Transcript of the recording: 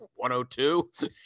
102